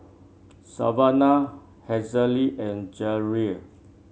Savanna Hazelle and Jerrell